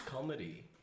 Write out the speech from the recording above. comedy